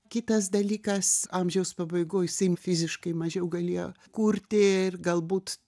kitas dalykas amžiaus pabaigoj jisai jau fiziškai mažiau galėjo kurti ir galbūt